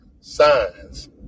signs